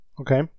Okay